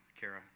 Kara